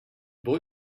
boy